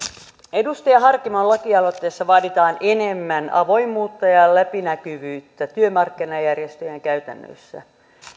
edustaja harkimon lakialoitteessa vaaditaan enemmän avoimuutta ja ja läpinäkyvyyttä työmarkkinajärjestöjen käytäntöihin